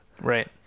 Right